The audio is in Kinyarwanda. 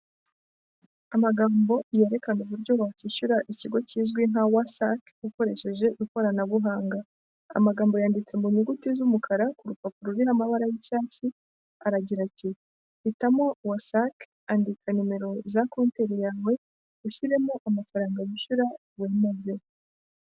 Amagambo yerekana uburyo wakiyishyura ikigo kizwi nka wasake, ukoresheje ikoranabuhanga, amagambo yanditse mu nyuguti z'umukara, ku rupapuro ruriho amabara yi'cyatsi, aragira ati ''hitamo wasake andika nimero za konteri yawe ushyiremo amafaranga wishyura wemeze